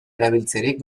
erabiltzerik